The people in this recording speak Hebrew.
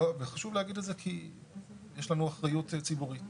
וחשוב להגיד את זה כי יש לנו אחריות ציבורית.